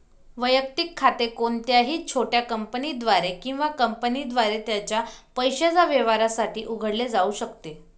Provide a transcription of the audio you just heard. वैयक्तिक खाते कोणत्याही छोट्या कंपनीद्वारे किंवा कंपनीद्वारे त्याच्या पैशाच्या व्यवहारांसाठी उघडले जाऊ शकते